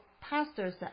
pastors